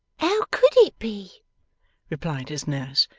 how could it be replied his nurse.